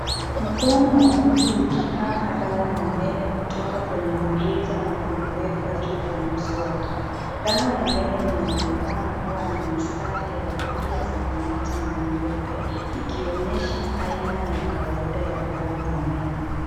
Mkono wa mtu ukikama dawa ya meno kutoka kwenye mrija na kuiweka juu ya mswaki . Dawa ya meno inaonekana kuwa na mistari ya rangi ya samawati na nyeupe ikionyesha aina ya kawaida ya dawa za meno.